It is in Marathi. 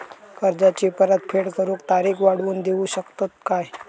कर्जाची परत फेड करूक तारीख वाढवून देऊ शकतत काय?